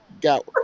got